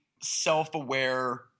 self-aware